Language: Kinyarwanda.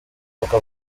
niko